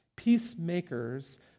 Peacemakers